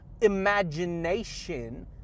imagination